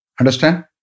Understand